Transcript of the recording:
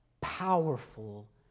powerful